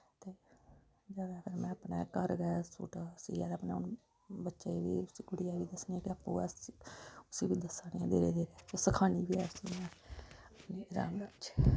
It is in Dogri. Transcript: ते जादा में अपने घर गै सूट सियै ते अपने बच्चें गी बी गुड़िया गी दस्सनी आं उसी बी दस्सा नी ऐ धीरे धीरे सखान्नी बी आं उसी इ'यां जादातर च